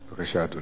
בבקשה, אדוני.